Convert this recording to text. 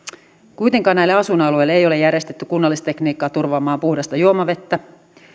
kuitenkaan näille asuinalueille ei ole järjestetty kunnallistekniikkaa turvaamaan puhdasta juomavettä